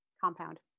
Compound